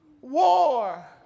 war